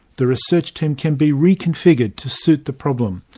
the research team can be reconfigured to suit the problem.